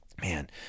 man